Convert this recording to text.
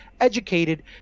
educated